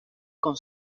con